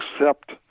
accept